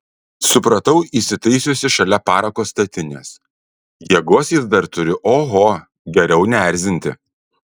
supratau įsitaisiusi šalia parako statinės jėgos jis dar turi oho geriau neerzinti